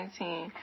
2019